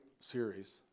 series